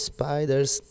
Spiders